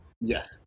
Yes